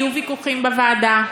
יהיו ויכוחים בוועדה,